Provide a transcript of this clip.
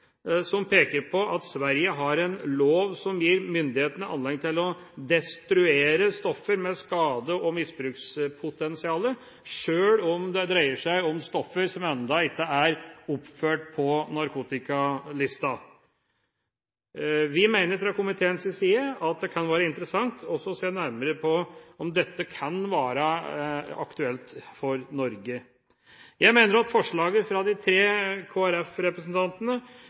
som peker på at Sverige har en lov som gir myndighetene anledning til å destruere stoffer med skade og misbrukspotensial sjøl om det dreier seg om stoffer som enda ikke er oppført på narkotikalisten. Fra komiteens side mener vi at det kan være interessant å se nærmere på om dette kan være aktuelt for Norge. Jeg mener at forslaget fra de tre